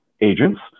agents